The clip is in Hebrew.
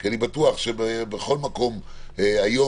כי אני בטוח שבכל מקום היום,